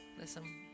Listen